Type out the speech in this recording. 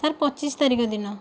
sir ପଚିଶ ତାରିଖ ଦିନ